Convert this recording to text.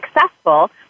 successful